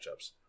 matchups